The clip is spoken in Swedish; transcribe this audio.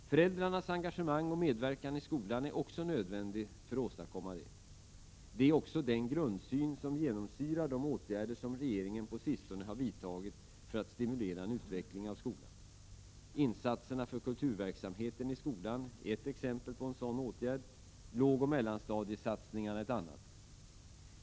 Föräldrarnas engagemang och medverkan i skolan är också nödvändigt för att åstadkomma detta. Det är också den grundsyn som genomsyrar de åtgärder som regeringen på sistone har vidtagit för att stimulera en utveckling av skolan. Insatserna för kulturverksamheten i skolan är ett exempel på en sådan åtgärd, lågoch mellanstadiesatsningarna ett annat.